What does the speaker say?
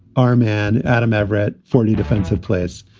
our man, adam averette, forty defensive players.